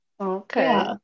Okay